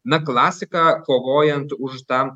na klasika kovojant už tam